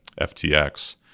FTX